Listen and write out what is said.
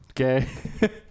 Okay